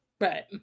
right